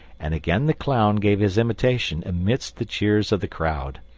and again the clown gave his imitation amidst the cheers of the crowd.